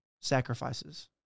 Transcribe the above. sacrifices